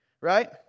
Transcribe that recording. right